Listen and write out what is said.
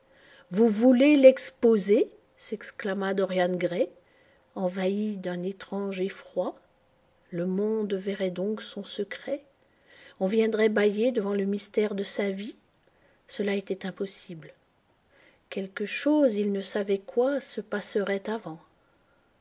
vous voulez l'exposer s'exclama dorian gray envahi d'un étrange effroi le monde verrait donc son secret on viendrait bâiller devant le mystère de sa vie cela était impossible quelque chose il ne savait quoi se passerait avant